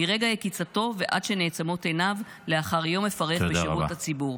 מרגע יקיצתו ועד שנעצמות עיניו לאחר יום מפרך בשירות הציבור".